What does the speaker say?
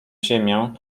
ziemię